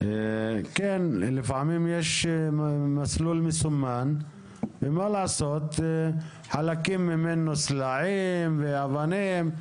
לפעמים יש מסלול מסומן ומה לעשות שחלקים ממנו סלעים ואבנים,